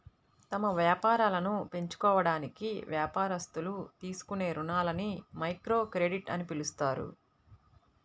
తమ వ్యాపారాలను పెంచుకోవడానికి వ్యాపారస్తులు తీసుకునే రుణాలని మైక్రోక్రెడిట్ అని పిలుస్తారు